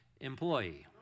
employee